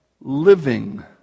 living